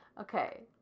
Okay